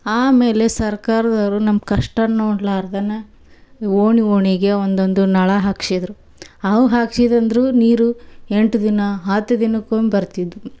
ಆಮೇಲೆ ಸರ್ಕಾರ್ದವ್ರು ನಮ್ಮ ಕಷ್ಟನ ನೋಡ್ಲಾರ್ದೆನ ಓಣಿ ಓಣಿಗೆ ಒಂದೊಂದು ನಳ ಹಾಕ್ಸಿದ್ರು ಅವು ಹಾಕ್ಸಿದ್ರಂದು ನೀರು ಎಂಟು ದಿನ ಹತ್ತು ದಿನಕ್ಕೆ ಒಮ್ಮೆ ಬರ್ತಿದ್ದವು